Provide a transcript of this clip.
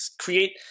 create